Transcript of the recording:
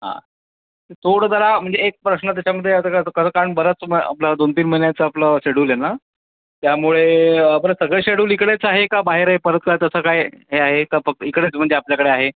हां ते थोडं जरा म्हणजे एक प्रश्न त्याच्यामध्ये या सगळ्याचं खरं कारण बरंच मग आपलं दोनतीन महिन्याचं आपलं शेड्यूल आहे नं त्यामुळे आपलं सगळं शेड्यूल इकडेच आहे का बाहेर आहे परत काय तसं काही हे आहे का फक्त इकडेच म्हणजे आपल्याकडे आहे